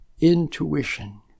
intuition